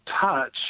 touch